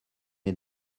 est